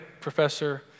professor